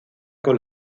con